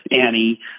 Annie